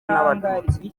n’abatutsi